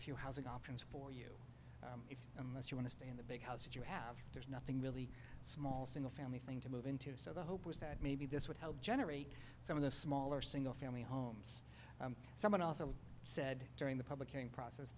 few housing options for unless you want to stay in the big house and you have there's nothing really small single family thing to move into so the hope was that maybe this would help generate some of the smaller single family homes someone also said during the public hearing process